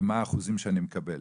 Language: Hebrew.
ומה האחוזים שאני מקבל.